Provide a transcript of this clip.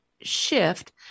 shift